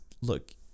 look